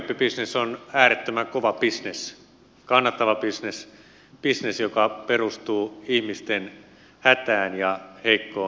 pikavippibisnes on äärettömän kova bisnes kannattava bisnes bisnes joka perustuu ihmisten hätään ja heikkoon harkintakykyyn